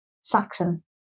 Saxon